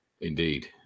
Indeed